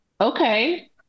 okay